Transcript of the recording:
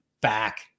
back